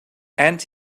and